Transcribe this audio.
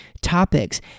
topics